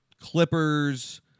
Clippers